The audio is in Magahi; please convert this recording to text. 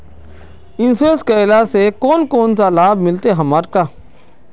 इंश्योरेंस करेला से कोन कोन सा लाभ मिलते हमरा?